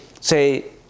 say